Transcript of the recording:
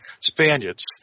Spaniards